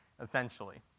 essentially